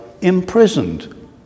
imprisoned